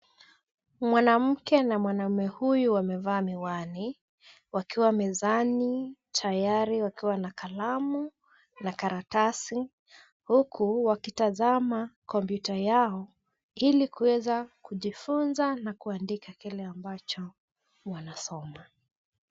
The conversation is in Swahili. Mwanamke na mwanamume huyu wamevaa miwani wakiwa mezani tayari wakiwa na kalamu na karatasi, huku wakitazama kompyuta yao ilikuweza kujifunza na kuandika kile ambacho wanasoma.